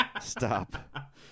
stop